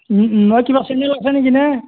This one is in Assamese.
অই কিবা চেনেল আছে নেকি নে